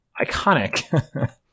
iconic